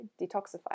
detoxify